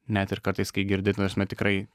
net ir kartais kai girdi ta prasme tikrai